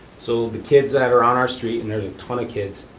so the kids that are on our street, and there's a ton of kids,